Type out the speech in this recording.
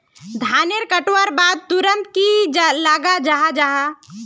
धानेर कटवार बाद तुरंत की लगा जाहा जाहा?